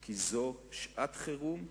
כי זו שעת חירום,